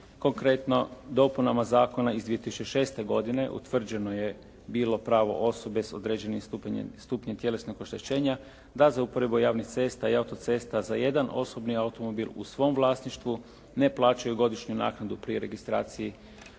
Konkretno dopunama zakona iz 2006. godine utvrđeno je bilo pravo osobe s određenim stupnjem tjelesnog oštećenja da za uporabu javnih cesta i autocesta za jedna osobni automobil u svom vlasništvu ne plaćaju godišnju naknadu pri registraciji